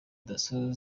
dasso